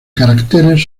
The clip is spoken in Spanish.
caracteres